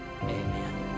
amen